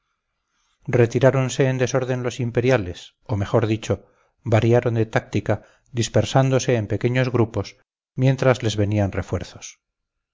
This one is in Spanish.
parte retiráronse en desorden los imperiales o mejor dicho variaron de táctica dispersándose en pequeños grupos mientras les venían refuerzos